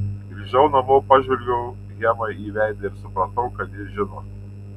grįžau namo pažvelgiau hemai į veidą ir supratau kad ji žino